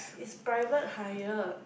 it's private hire